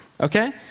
okay